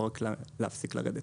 להפסיק לרדת.